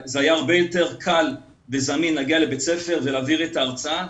וזה היה הרבה יותר קל וזמין להגיע לבית הספר ולהעביר את ההרצאה